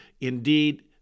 Indeed